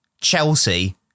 Chelsea